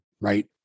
right